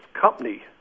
company